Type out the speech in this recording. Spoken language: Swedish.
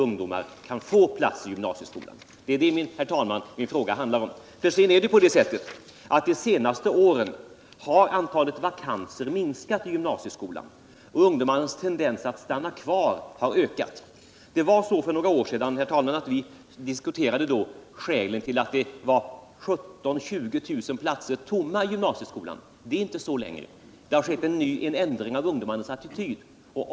Under de senaste åren har antalet vakanser i gymnasieskolan minskat, och ungdomarnas tendens att stanna kvar har ökat. För några år sedan diskuterade vi skälen till att 10 000-15 000 platser i gymnasieskolan stod tomma. Men så är det inte längre. Det har skett en ändring av ungdomarnas attityd.